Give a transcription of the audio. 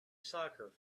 soccer